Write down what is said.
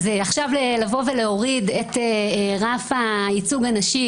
אז עכשיו לבוא ולהוריד את רף הייצוג הנשי